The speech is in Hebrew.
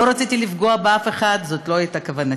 לא רציתי לפגוע באף אחד, זאת לא הייתה כוונתי.